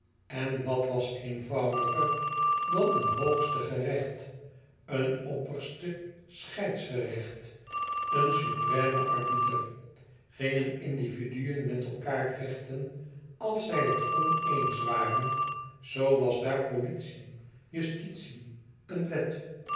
en wat was eenvoudiger dan een hoogste gerecht een opperste scheidsgerecht een supreme arbiter gingen individuen met elkaâr vechten e ids aargang als zij het oneens waren zoo was daar politie justitie een wet